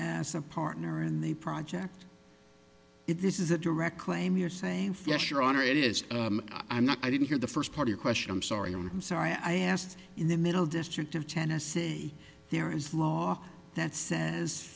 as a partner and they project if this is a direct claim you're saying fleischer honor it is i'm not i didn't hear the first part your question i'm sorry i'm sorry i asked in the middle district of tennessee there is law that says